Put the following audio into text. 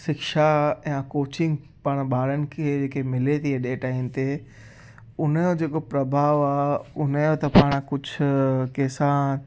शिक्षा या कोचिंग पाण ॿारनि खे इहो जेके मिले थी हेॾे टाइम ते उन जो जेको प्रभाव आहे उन जो त पाण कुझु कंहिं सां